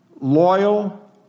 loyal